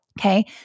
Okay